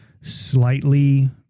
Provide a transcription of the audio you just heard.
slightly